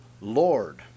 Lord